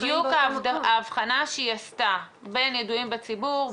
זו בדיוק ההבחנה שהיא עשתה בין ידועים בציבור,